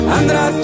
Andra